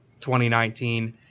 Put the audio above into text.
2019